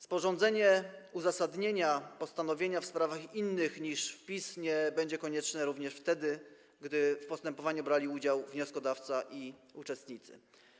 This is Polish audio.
Sporządzenie uzasadnienia postanowienia w sprawach innych niż wpis nie będzie konieczne również wtedy, gdy w postępowaniu brali udział wnioskodawca i uczestnicy.